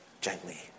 gently